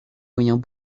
moyens